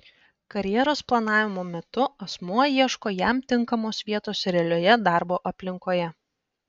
karjeros planavimo metu asmuo ieško jam tinkamos vietos realioje darbo aplinkoje